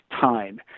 time